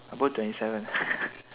I put twenty seven